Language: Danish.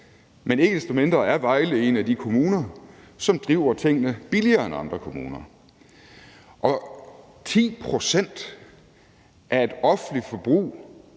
Men ikke desto mindre er Vejle en af de kommuner, som driver tingene billigere end andre kommuner. 10 pct. af et offentligt forbrug,